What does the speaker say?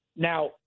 Now